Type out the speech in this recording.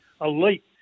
elite